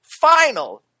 final